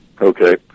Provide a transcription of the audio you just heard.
Okay